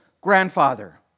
grandfather